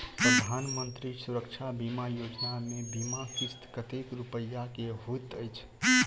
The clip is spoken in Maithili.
प्रधानमंत्री सुरक्षा बीमा योजना मे बीमा किस्त कतेक रूपया केँ होइत अछि?